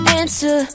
answer